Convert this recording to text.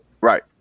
Right